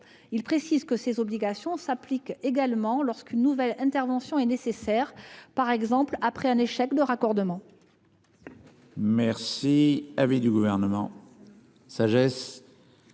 à préciser que ces obligations s'appliquent également lorsqu'une nouvelle intervention est nécessaire, par exemple après un échec de raccordement.